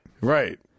Right